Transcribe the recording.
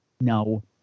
No